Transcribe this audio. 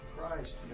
Christ